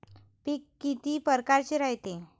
पिकं किती परकारचे रायते?